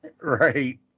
Right